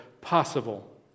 possible